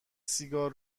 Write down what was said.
سیگار